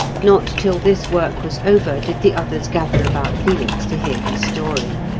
not till this work was over did the others gather about felix to hear his story.